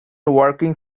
working